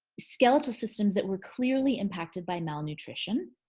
skeletal systems that were clearly impacted by malnutrition.